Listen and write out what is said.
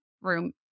room